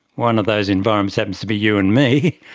one of those environments happens to be you and me,